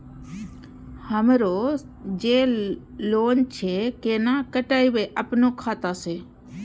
हमरो जे लोन छे केना कटेबे अपनो खाता से?